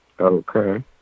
Okay